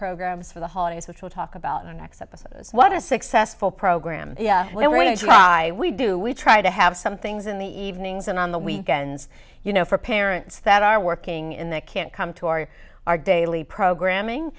programs for the holidays which we'll talk about the next episode what a successful program we're going to try we do we try to have some things in the evenings and on the weekends you know for parents that are working in they can't come to our our daily programming